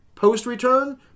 Post-Return